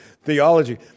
theology